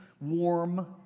warm